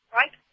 right